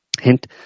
hint